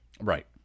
Right